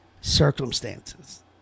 circumstances